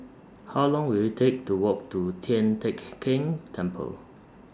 How Long Will IT Take to Walk to Tian Teck Keng Temple